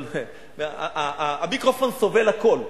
אבל המיקרופון סובל הכול.